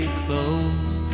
clothes